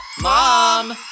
Mom